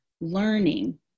learning